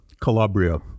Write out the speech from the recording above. Calabria